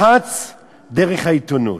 לחץ דרך העיתונות.